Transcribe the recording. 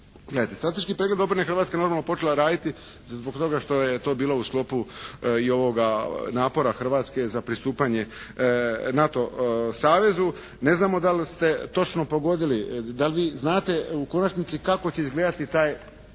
strateški pregled obrane Hrvatska je normalno počela raditi zbog toga što je to bilo u sklopu i ovoga napora Hrvatske za pristupanje NATO savezu. Neznamo da li ste točno pogodili, da li vi znate u konačnici kako će izgledati taj